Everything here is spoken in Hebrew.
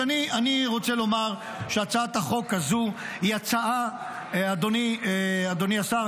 אני רוצה לומר שהצעת החוק הזו היא הצעה אדוני השר,